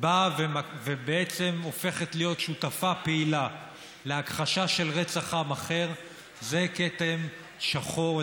באה ובעצם הופכת להיות שותפה פעילה להכחשה של רצח עם אחר זה כתם שחור,